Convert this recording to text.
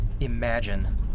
imagine